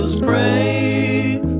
Pray